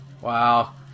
Wow